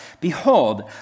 behold